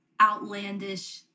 outlandish